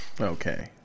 Okay